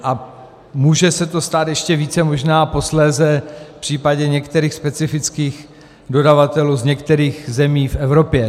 A může se to stát ještě více možná posléze v případě některých specifických dodavatelů v některých zemích v Evropě.